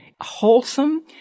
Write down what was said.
Wholesome